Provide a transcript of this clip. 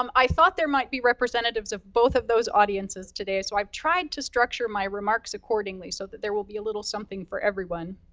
um i thought there might be representatives of both of those audiences today, so i've tried to structure my remarks accordingly, so that there will be a little something for everyone.